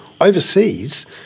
Overseas